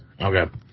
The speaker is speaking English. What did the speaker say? Okay